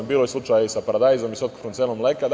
Bilo je slučajeva sa paradajzom, sa otkupnom cenom mleka, itd.